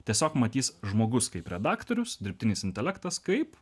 tiesiog matys žmogus kaip redaktorius dirbtinis intelektas kaip